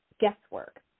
guesswork